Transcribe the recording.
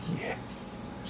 yes